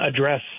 address